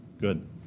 Good